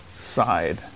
side